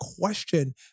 question